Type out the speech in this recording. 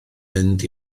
mynd